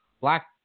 black